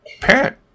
parent